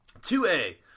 2A